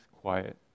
quiet